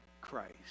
Christ